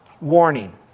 Warning